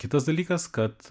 kitas dalykas kad